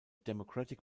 democratic